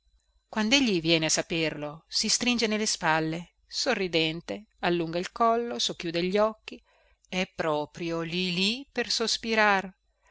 vabene quandegli viene a saperlo si stringe nelle spalle sorridente allunga il collo socchiude gli occhi è proprio lì lì per sospirar